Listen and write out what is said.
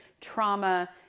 trauma